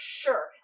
sure